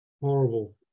Horrible